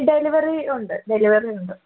delivery ഉണ്ട് delivery ഉണ്ട്